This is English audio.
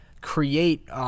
create –